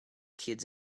kids